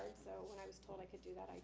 so when i was told i could do that, i